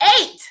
eight